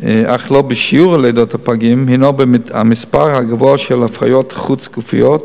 אך לא בשיעור לידות הפגים היא המספר הגבוה של הפריות חוץ-גופיות